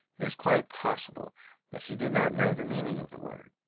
it is quite possible that he did not know the meaning of the word.